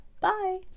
Bye